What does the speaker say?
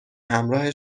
همراه